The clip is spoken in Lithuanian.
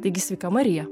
taigi sveika marija